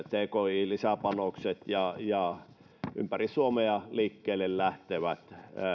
tki lisäpanokset ja ja ympäri suomea liikkeelle lähtevät